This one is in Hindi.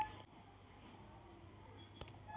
उत्तर भारत में लोग बैंगन का भरता पंसद करते हैं